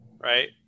right